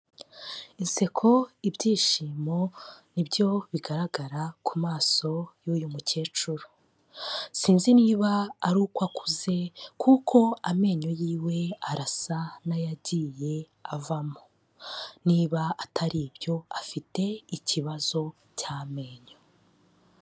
Inseko, ibyishimo ni nibyo bigaragara ku maso y'uyu mukecuru sinzi niba ari uko akuze kuko amenyo yiwe arasa n'ayagiye avamo niba atari byo afite ikibazo cy'amenyo.